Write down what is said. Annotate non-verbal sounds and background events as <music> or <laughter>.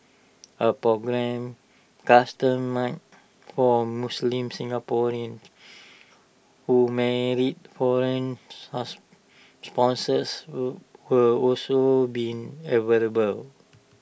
A programme customised for Muslim Singaporeans who marry foreign <unintelligible> spouses <noise> will also be available